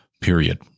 Period